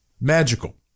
magical